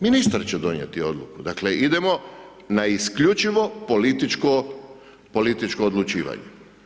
Ministar će donijeti odluku, dakle idemo na isključivo političko odlučivanje.